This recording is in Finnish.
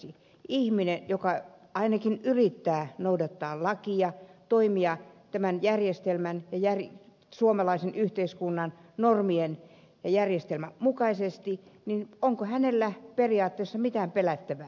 onko ihmisellä joka ainakin yrittää noudattaa lakia toimia tämän järjestelmän suomalaisen yhteiskunnan normien ja järjestelmän mukaisesti onko hänellä periaatteessa mitään pelättävää